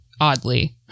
oddly